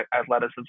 athleticism